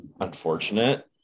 unfortunate